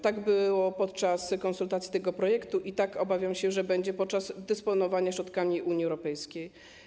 Tak było podczas konsultacji tego projektu i obawiam się, że tak będzie podczas dysponowania środkami Unii Europejskiej.